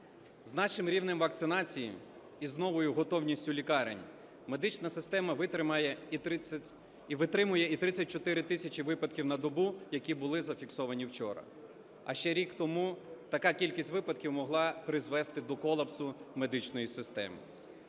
З нашим рівнем вакцинації і з новою готовністю лікарень медична система витримує і 34 тисячі випадків на добу, які були зафіксовані вчора. А ще рік тому така кількість випадків могла призвести до колапсу медичної системи.